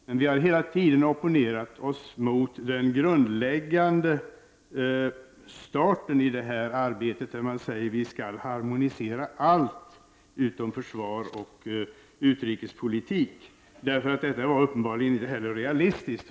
Men vi har hela tiden opponerat oss mot den grundläggande starten i detta arbete, där man säger att vi skall harmonisera allt utom försvarsoch utrikespolitik. Detta var uppenbarligen inte heller realistiskt.